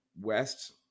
West